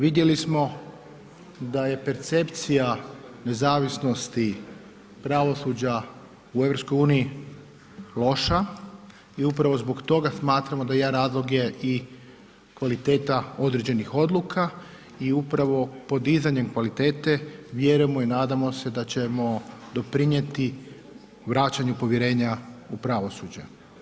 Vidjeli smo da je percepcija nezavisnosti pravosuđa u EU loša i upravo zbog toga smatramo da jedan razlog je i kvaliteta određenih odluka i upravo podizanjem kvalitete vjerujemo i nadamo se da ćemo doprinijeti vraćanju povjerenja u pravosuđe.